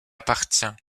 appartient